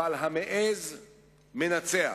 אבל המעז מנצח,